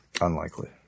Unlikely